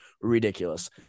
ridiculous